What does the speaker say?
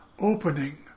opening